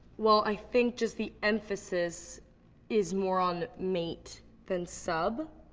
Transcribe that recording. well i think just the emphasis is more on mate than sub.